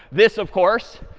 this of course,